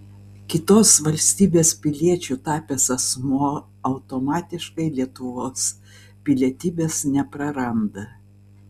kitos valstybės piliečiu tapęs asmuo automatiškai lietuvos pilietybės nepraranda